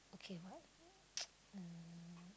okay what mm